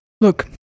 Look